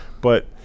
But-